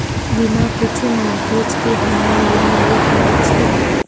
बिना कुछो मॉर्गेज के हम्मय लोन लिये पारे छियै?